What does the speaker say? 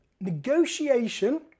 Negotiation